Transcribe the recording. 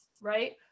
Right